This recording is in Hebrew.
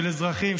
של אזרחים,